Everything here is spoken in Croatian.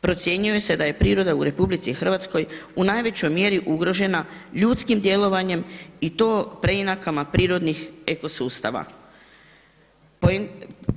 Procjenjuje se da je priroda u RH u najvećoj mjeri ugrožena ljudskim djelovanjem i to preinakama prirodnih eko sustava,